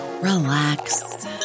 relax